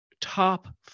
top